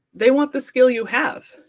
they want the skill you have.